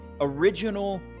original